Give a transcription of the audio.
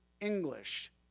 English